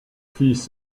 fils